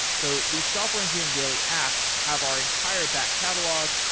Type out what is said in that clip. so these software engineering daily apps have our entire back catalog,